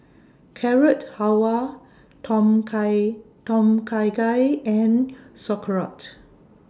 Carrot Halwa Tom Kha Tom Kha Gai and Sauerkraut